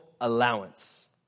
allowance